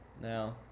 Now